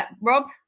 Rob